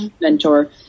mentor